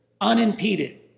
unimpeded